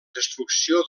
destrucció